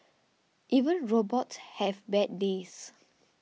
even robots have bad days